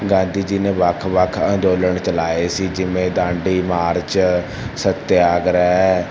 ਗਾਂਧੀ ਜੀ ਨੇ ਵੱਖ ਵੱਖ ਅੰਦੋਲਨ ਚਲਾਏ ਸੀ ਜਿਵੇਂ ਦਾਂਡੀ ਮਾਰਚ ਸੱਤਿਆਗ੍ਰਹਿ